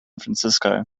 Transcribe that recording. francisco